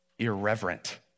irreverent